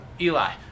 Eli